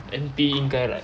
N_P 应该 like